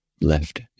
left